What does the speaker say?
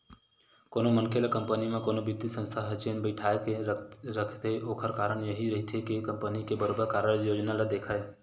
कोनो मनखे ल कंपनी म कोनो बित्तीय संस्था ह जेन बइठाके रखथे ओखर कारन यहीं रहिथे के कंपनी के बरोबर कारज योजना ल देखय